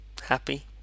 happy